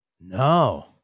No